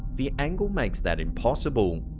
the angle makes that impossible.